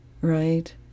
right